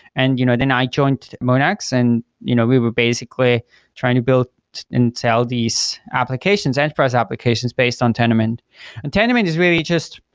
and you know then i joined monex and you know we were basically trying to build and sell these applications, and press applications based on tendermint and tendermint is really just,